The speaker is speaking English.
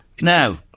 Now